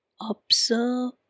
observe